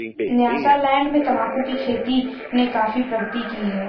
Nyasaland में तंबाकू की खेती ने काफी प्रगति की है